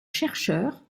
chercheurs